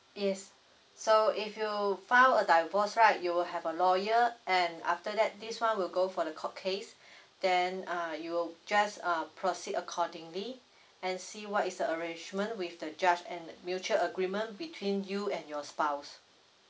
yes so if you file a divorce right you will have a lawyer and after that this [one] will go for the court case then uh you'll just uh proceed accordingly and see what is the arrangement with the judge and mutual agreement between you and your spouse